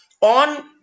on